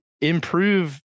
improve